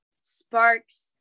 sparks